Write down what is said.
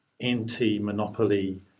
anti-monopoly